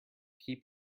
keep